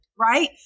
right